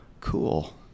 cool